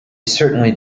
certainly